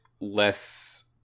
less